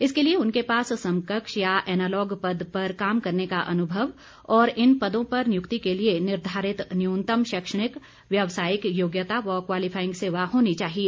इसके लिए उनके पास समकक्ष या एनालॉग पद पर काम करने का अनुभव और इन पदों पर नियुक्ति के लिए निर्धारित न्यूनतम शैक्षणिक व्यावसायिक योग्यता व क्वालिफाइंग सेवा होनी चाहिए